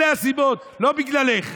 אלה הסיבות, לא בגללך.